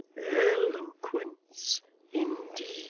eloquence indeed